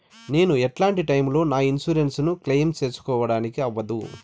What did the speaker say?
నేను ఎట్లాంటి టైములో నా ఇన్సూరెన్సు ను క్లెయిమ్ సేసుకోవడానికి అవ్వదు?